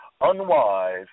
unwise